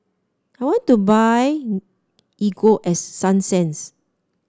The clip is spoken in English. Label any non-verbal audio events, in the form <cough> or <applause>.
I want to buy Ego <unintelligible> Sunsense